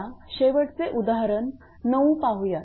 आता शेवटचे उदाहरण 9 पाहूया